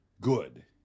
good